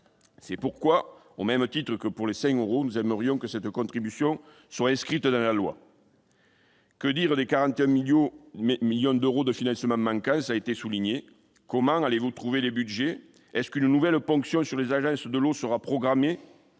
C'est pourquoi, au même titre que pour les 5 euros, nous aimerions que cette contribution soit inscrite dans la loi. Que dire des 41 millions d'euros de financement manquants ? Comment allez-vous trouver les budgets ? Une nouvelle ponction sur les agences de l'eau sera-t-elle programmée ?